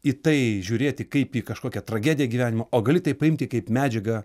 į tai žiūrėti kaip į kažkokią tragediją gyvenimo o gali tai paimti kaip medžiagą